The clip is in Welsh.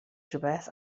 rhywbeth